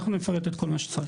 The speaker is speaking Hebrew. אנחנו נפרט את כל מה שצריך,